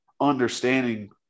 understanding